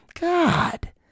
God